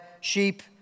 sheep